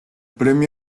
premio